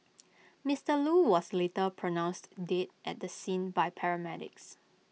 Mister Loo was later pronounced dead at the scene by paramedics